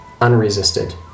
unresisted